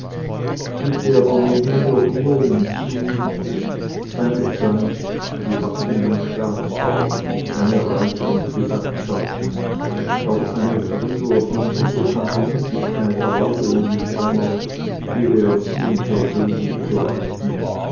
fügte aber mit milder ruhe hinzu seine zeit die wachsenden staatssorgen seine reisen und gesandtschaften auch eine früher ihm unbekannte müdigkeit erlaube ihm nicht länger ihre erziehung persönlich zu leiten